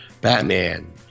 Batman